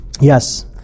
yes